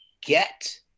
get